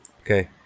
okay